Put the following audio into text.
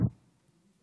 היום בבוקר,